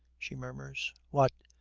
she murmurs. what?